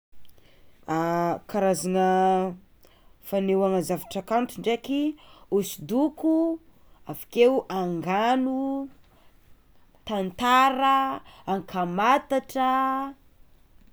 Karazagna fanehoana zavatra kanto ndraiky: hosodoko, avekeo angano, tantara, ankamatatra.